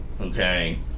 Okay